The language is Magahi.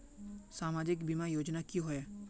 सामाजिक बीमा योजना की होय?